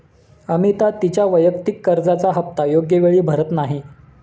अमिता तिच्या वैयक्तिक कर्जाचा हप्ता योग्य वेळी भरत नाही